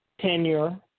tenure